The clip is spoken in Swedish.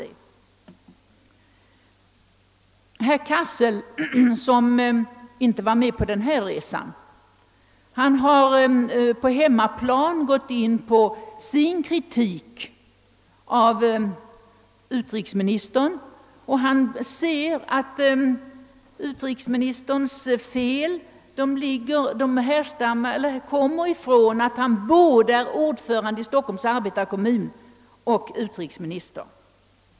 Herr Cassel, som inte var med på denna resa, har på hemmaplan gått in för kritik av utrikesministern. Han säger att felet ligger däri att Torsten Nilsson är både ordförande i Stockholms Arbetarekommun och utrikesminister.